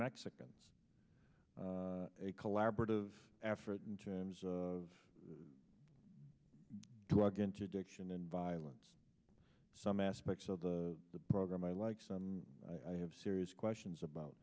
mexicans a collaborative effort in terms of drug interdiction and violence some aspects of the program i like some i have serious questions about